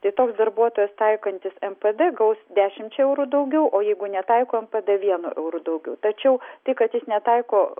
tai toks darbuotojas taikantis npd gaus dešimčia eurų daugiau o jeigu netaiko npd vienu euru daugiau tačiau tai kad jis netaiko